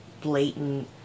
blatant